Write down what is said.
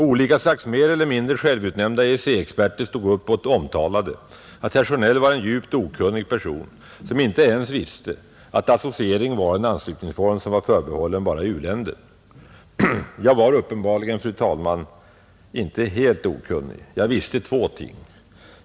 Olika slags mer eller mindre självutnämnda EEC-experter stod upp och omtalade att herr Sjönell var en djupt okunnig person, som inte ens visste att associering var en anslutningsform som var förbehållen bara u-länder. Jag var uppenbarligen, fru talman, inte helt okunnig. Jag visste två ting.